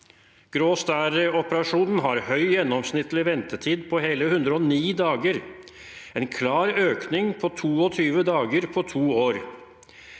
Grå stær-operasjon har høy gjennomsnittlig ventetid på hele 109 dager, en klar økning på 22 dager på to år.